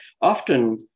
often